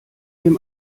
dem